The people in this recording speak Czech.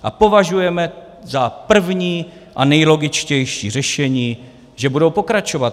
A považujeme za první a nejlogičtější řešení, že budou pokračovat.